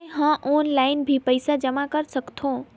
मैं ह ऑनलाइन भी पइसा जमा कर सकथौं?